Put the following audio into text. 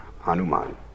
Hanuman